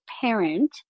parent